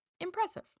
impressive